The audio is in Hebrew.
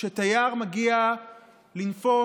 כשתייר מגיע לנפוש,